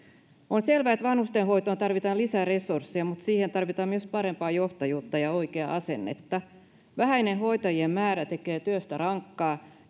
on selvää että vanhustenhoitoon tarvitaan lisää resursseja mutta siihen tarvitaan myös parempaa johtajuutta ja oikeaa asennetta vähäinen hoitajien määrä tekee työstä rankkaa